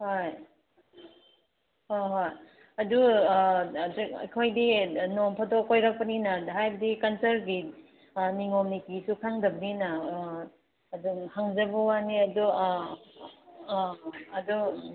ꯍꯣꯏ ꯍꯣꯏ ꯍꯣꯏ ꯑꯗꯨ ꯑꯩꯈꯣꯏꯗꯤ ꯅꯣꯡ ꯐꯥꯗꯣꯛ ꯀꯣꯏꯔꯛꯄꯅꯤꯅ ꯍꯥꯏꯕꯗꯤ ꯀꯜꯆꯔꯒꯤ ꯅꯤꯌꯣꯝ ꯅꯤꯇꯤꯁꯨ ꯈꯪꯗꯕꯅꯤꯅ ꯑꯥ ꯑꯗꯨꯝ ꯍꯪꯖꯕ ꯋꯥꯅꯤ ꯑꯗꯣ ꯑꯥ ꯑꯥ ꯑꯗꯨ